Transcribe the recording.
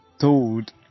told